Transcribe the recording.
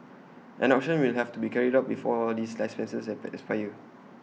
an auction will have to be carried out before these less licenses expire for you